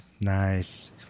Nice